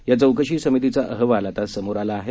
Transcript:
या चौकशी समितीचा अहवाल आता समोर आला आहे